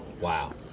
Wow